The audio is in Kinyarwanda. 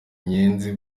inyenzi